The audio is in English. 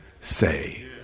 say